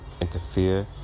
Interfere